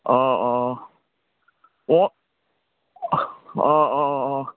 অঁ অঁ অঁ অঁ অঁ অঁ